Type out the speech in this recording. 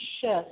shift